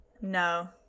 No